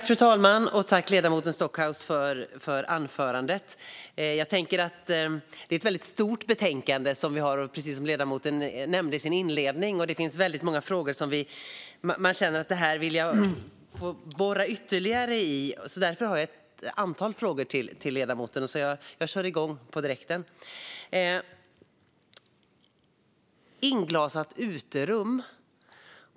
Fru talman! Jag tackar ledamoten Stockhaus för anförandet. Precis som ledamoten nämnde i sin inledning är detta ett väldigt stort betänkande. Det finns väldigt många frågor som jag skulle vilja borra ytterligare i. Därför har jag ett antal frågor till ledamoten. Maria Stockhaus talade om ett inglasat uterum.